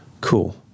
cool